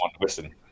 listen